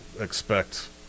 expect